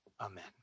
Amen